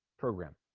program